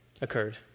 occurred